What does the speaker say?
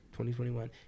2021